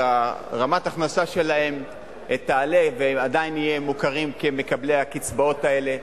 שרמת ההכנסה שלהם תעלה והם עדיין יהיו מוכרים כמקבלי הקצבאות האלה.